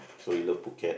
so we love Phuket